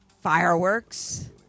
Fireworks